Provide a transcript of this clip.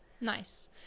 Nice